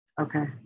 okay